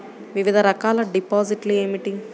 వివిధ రకాల డిపాజిట్లు ఏమిటీ?